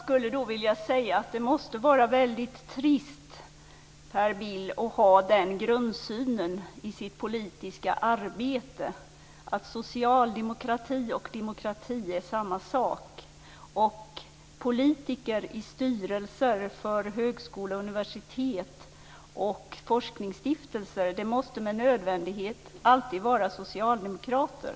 Herr talman! Det måste vara trist, Per Bill, att ha grundsynen i sitt politiska arbete att socialdemokrati och demokrati är samma sak och att politiker i styrelser för högskolor, universitet och forskningsstiftelser med nödvändighet måste vara socialdemokrater.